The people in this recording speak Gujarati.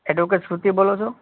ઍડવોકેટ શ્રુતિ બોલો છો